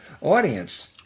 audience